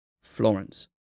Florence